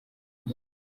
ute